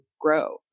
grow